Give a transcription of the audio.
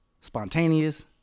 spontaneous